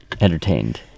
entertained